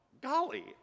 Golly